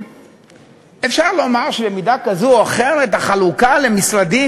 שאפשר לומר שבמידה כזאת או אחרת החלוקה למשרדים,